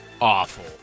Awful